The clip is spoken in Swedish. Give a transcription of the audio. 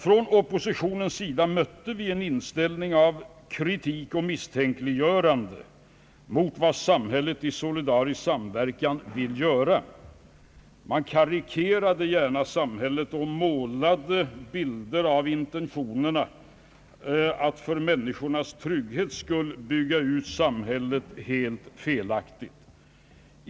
Från oppositionens sida mötte vi en inställning av kritik och misstänkliggörande mot vad samhället i solidarisk samverkan vill göra. Man karikerade gärna samhället och målade helt felaktiga bilder av intentionerna att för människornas trygghets skull bygga ut samhället.